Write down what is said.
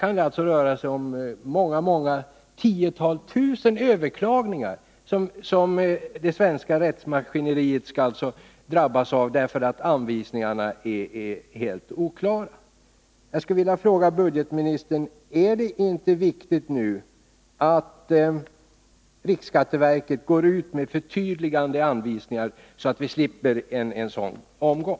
Det kan alltså röra sig om många tiotal tusen överklaganden som det svenska rättsmaskineriet drabbas av på grund av att anvisningarna är helt oklara. Jag skulle vilja fråga budgetministern: Är det inte viktigt att riksskatteverket nu går ut med förtydligande anvisningar, så att vi slipper en sådan omgång?